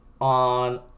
on